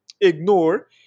ignore